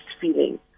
feeling